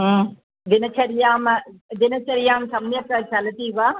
दिनचर्या दिनचर्या सम्यक् चलति वा